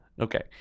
Okay